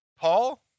Paul